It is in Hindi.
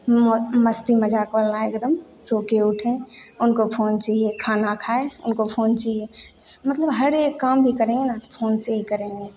मस्ती मज़ाक वाला एकदम सोके उठें उनको फ़ोन चाहिए खाना खाए उनको फोन चाहिए स मतलब हर एक काम भी करेंगे ना फ़ोन से ही करेंगे